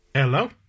Hello